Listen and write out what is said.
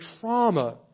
trauma